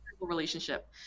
relationship